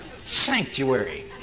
sanctuary